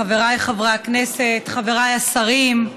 חבריי חברי הכנסת, חבריי השרים,